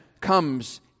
comes